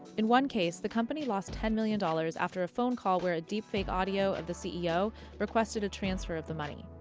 in one case, the company lost ten million dollars after a phone call where a deepfake audio of the ceo requested a transfer of the money.